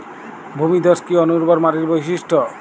ভূমিধস কি অনুর্বর মাটির বৈশিষ্ট্য?